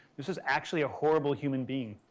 this was actually a horrible human being.